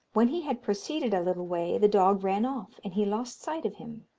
when he had proceeded a little way the dog ran off, and he lost sight of him.